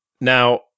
Now